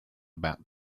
about